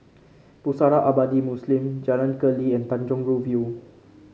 Pusara Abadi Muslim Jalan Keli and Tanjong Rhu View